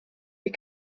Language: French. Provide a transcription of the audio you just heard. les